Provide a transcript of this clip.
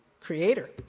Creator